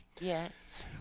yes